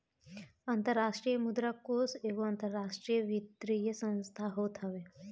अंतरराष्ट्रीय मुद्रा कोष एगो अंतरराष्ट्रीय वित्तीय संस्थान होत हवे